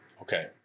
Okay